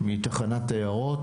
מתחנת עיירות,